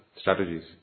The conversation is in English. strategies